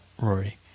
Rory